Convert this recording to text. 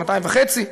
שנתיים וחצי.